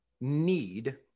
need